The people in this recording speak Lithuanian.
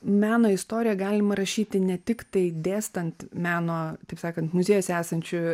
meno istoriją galima rašyti ne tiktai dėstant meno taip sakant muziejuose esančių